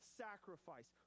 sacrifice